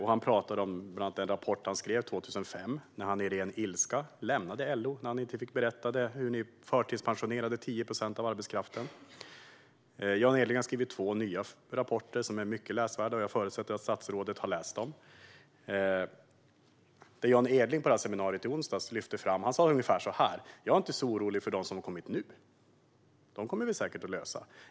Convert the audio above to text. Han pratade om den rapport som han skrev 2005 då han i ren ilska lämnade LO eftersom han inte fick berätta att 10 procent av arbetskraften förtidspensionerades. Jan Edling har skrivit två nya rapporter som är mycket läsvärda. Jag förutsätter att statsrådet har läst dem. På seminariet i onsdags sa Jan Edling ungefär så här: Jag är inte så orolig för dem som har kommit nu. För dem kommer det säkert att lösa sig.